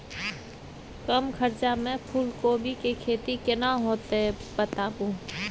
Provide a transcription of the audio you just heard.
कम खर्चा में फूलकोबी के खेती केना होते बताबू?